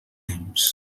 temps